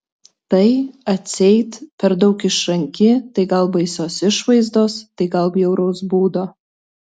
tai atseit per daug išranki tai gal baisios išvaizdos tai gal bjauraus būdo